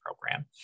program